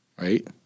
right